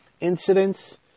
incidents